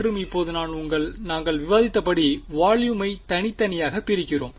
மற்றும் இப்போது நாங்கள் விவாதித்தபடி வால்யுமை தனித்தனியாகப் பிரிக்கிறோம்